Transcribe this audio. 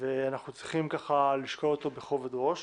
ואנחנו צריכים לשקול אותו בכובד ראש,